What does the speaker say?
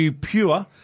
Pure